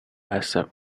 accept